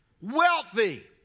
wealthy